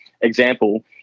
example